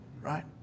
right